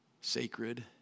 sacred